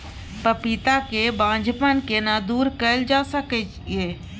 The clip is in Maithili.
पपीता के बांझपन केना दूर कैल जा सकै ये?